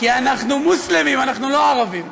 כי אנחנו מוסלמים, אנחנו לא ערבים.